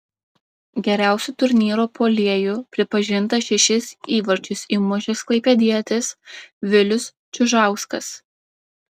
geriausiu turnyro puolėju pripažintas šešis įvarčius įmušęs klaipėdietis vilius čiužauskas